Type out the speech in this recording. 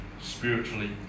spiritually